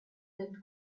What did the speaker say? that